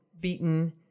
beaten